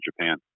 Japan